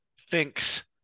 thinks